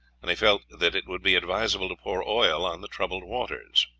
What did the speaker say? and he felt that it would be advisable to pour oil on the troubled waters.